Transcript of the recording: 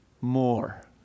more